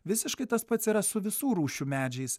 visiškai tas pats yra su visų rūšių medžiais